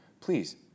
Please